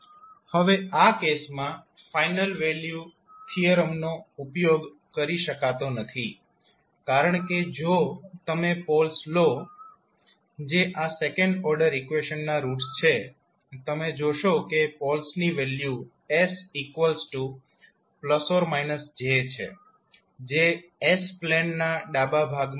હવે આ કેસમાં ફાઇનલ વેલ્યુ થીયરમનો ઉપયોગ કરી શકાતો નથી કારણ કે જો તમે પોલ્સ લો જે આ સેકન્ડ ઓર્ડર ઈકવેશન ના રૂટ્સ છે તમે જોશો કે પોલ્સની વેલ્યુ sj છે જે s પ્લેન ના ડાબા ભાગમાં નથી